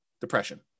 depression